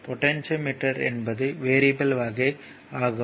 potentiometer என்பது variable வகை ஆகும்